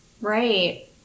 Right